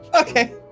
okay